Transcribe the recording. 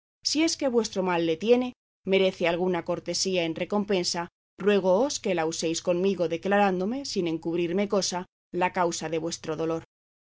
si es que vuestro mal le tiene merece alguna cortesía en recompensa ruégoos que la uséis conmigo declarándome sin encubrirme cosa la causa de vuestro dolor